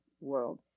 world